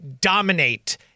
dominate